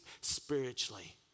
spiritually